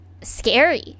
scary